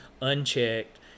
unchecked